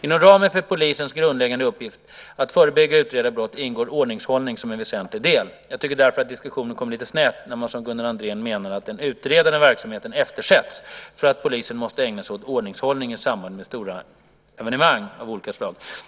Inom ramen för polisens grundläggande uppgift att förebygga och utreda brott ingår ordningshållning som en väsentlig del. Jag tycker därför att diskussionen kommit lite snett när man som Gunnar Andrén menar att den utredande verksamheten eftersätts för att polisen måste ägna sig åt ordningshållning i samband med stora evenemang av olika slag.